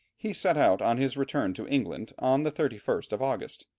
he set out on his return to england on the thirty first of august.